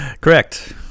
Correct